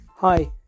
Hi